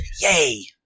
Yay